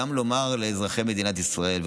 גם לומר לאזרחי מדינת ישראל,